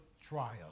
trial